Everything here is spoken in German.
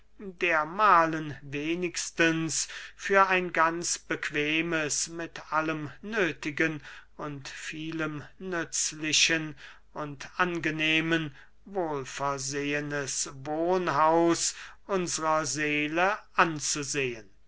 dermahlen wenigstens für ein ganz bequemes mit allem nöthigen und vielem nützlichen und angenehmen wohl versehenes wohnhaus unsrer seele anzusehen